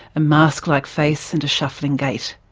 a mask-like face and a shuffling gait.